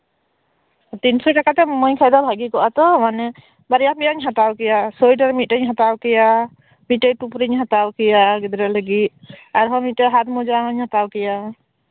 ᱛᱤᱱᱥᱚ ᱴᱟᱠᱟ ᱛᱮᱢ ᱮᱢᱟᱧ ᱠᱷᱟᱱ ᱫᱚ ᱵᱷᱟᱹᱜᱤ ᱠᱚᱜᱼᱟ ᱛᱚ ᱢᱟᱱᱮ ᱵᱟᱨᱭᱟ ᱯᱮᱭᱟᱧ ᱦᱟᱛᱟᱣ ᱠᱮᱭᱟ ᱥᱳᱭᱮᱴᱟᱨ ᱢᱤᱫᱴᱟᱱ ᱤᱧ ᱦᱟᱛᱟᱣ ᱠᱮᱭᱟ ᱢᱤᱫᱴᱮᱱ ᱴᱩᱯᱨᱤᱧ ᱦᱟᱛᱟᱣ ᱠᱮᱭᱟ ᱜᱤᱫᱽᱨᱟᱹ ᱞᱟᱹᱜᱤᱫ ᱟᱨ ᱢᱤᱫᱴᱟᱝ ᱦᱟᱛ ᱢᱳᱡᱟᱧ ᱦᱟᱛᱟᱣ ᱠᱮᱭᱟ